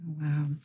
Wow